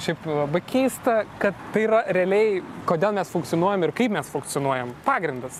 šiaip labai keista kad tai yra realiai kodėl mes funkcionuojam ir kaip mes funkcionuojam pagrindas